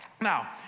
Now